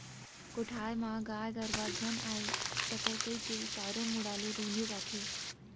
कोठार म गाय गरूवा झन आ सकय कइके चारों मुड़ा ले रूंथे जाथे